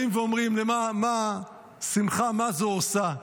באים ואומרים "ולשמחה מַה זֹּה עֹשָׂה"?